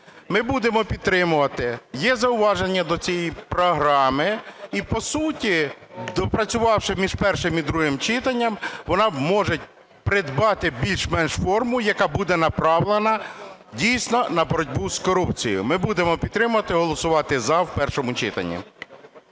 Ми будемо підтримувати. Є зауваження до цієї програми, і, по суті, допрацювавши між першим і другим читанням, вона може придбати більш-менш форму, яка буде направлена дійсно на боротьбу з корупцією. Ми будемо підтримувати, голосувати "за" в першому читанні.